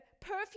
perfume